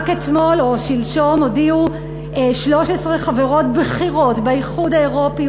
רק אתמול או שלשום הודיעו 13 חברות בכירות באיחוד האירופי,